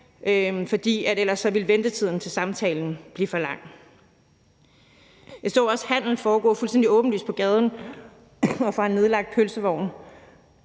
for ellers ville ventetiden på at få en samtale blive for lang. Jeg så også handel foregå fuldstændig åbenlyst på gaden og fra en nedlagt pølsevogn.